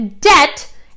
debt